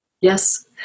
Yes